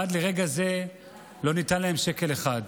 ועד לרגע זה לא ניתן להם שקל אחד.